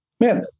man